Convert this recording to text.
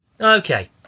Okay